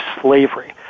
slavery